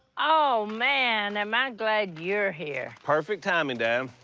oh, man, am i glad you're here. perfect timing, dad.